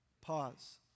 Pause